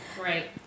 right